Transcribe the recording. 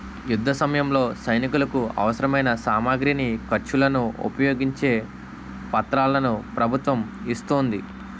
యుద్ధసమయంలో సైనికులకు అవసరమైన సామగ్రిని, ఖర్చులను ఉపయోగించే పత్రాలను ప్రభుత్వం ఇస్తోంది